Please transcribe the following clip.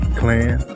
clan